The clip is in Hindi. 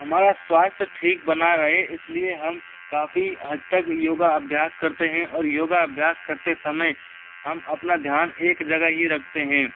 हमारा स्वास्थ्य ठीक बना रहे इसलिए हम काफ़ी हद तक योगा अभ्यास करते हैं और योगा अभ्यास करते समय हम अपना ध्यान एक जगह ही रखते हैं